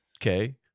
Okay